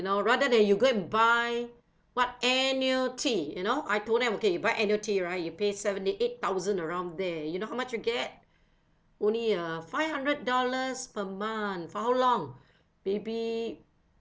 you know rather than you go and buy what annuity you know I told them okay buy annuity right you pay seventy eight thousand around there you know how much you get only uh five hundred dollars per month for how long maybe